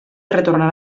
retornar